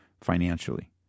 financially